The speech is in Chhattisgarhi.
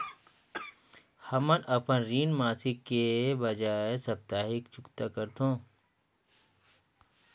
हमन अपन ऋण मासिक के बजाय साप्ताहिक चुकता करथों